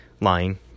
lying